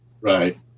Right